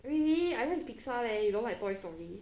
really I like pixar leh you don't like toy story